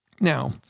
Now